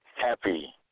happy